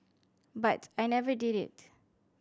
but I never did it